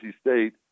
State